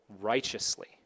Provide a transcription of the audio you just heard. Righteously